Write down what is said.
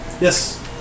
Yes